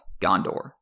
Gondor